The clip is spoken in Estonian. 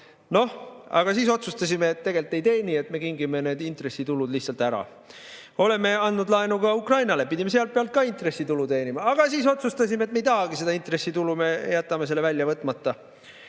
Noh, aga siis otsustasime, et tegelikult ei teeni, et me kingime need intressitulud lihtsalt ära. Oleme andnud laenu ka Ukrainale, pidime sealt pealt ka intressitulu teenima, aga siis otsustasime, et me ei tahagi seda intressitulu, me jätame selle välja võtmata.